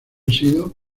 sido